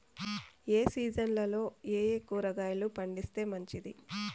ఏ సీజన్లలో ఏయే కూరగాయలు పండిస్తే మంచిది